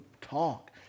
talk